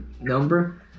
number